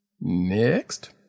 Next